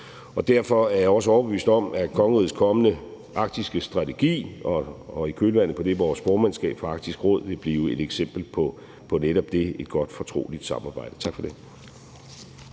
Derfor er jeg også overbevist om, at kongerigets kommende arktiske strategi og i kølvandet på den vores formandskab for Arktisk Råd vil blive et eksempel på netop det, altså et godt og fortroligt samarbejde. Tak for det.